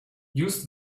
use